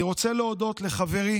אני רוצה להודות לחברי